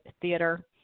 theater